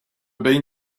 been